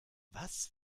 was